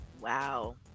wow